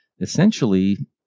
essentially